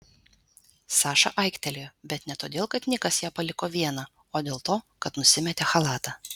saša aiktelėjo bet ne todėl kad nikas ją paliko vieną o dėl to kad nusimetė chalatą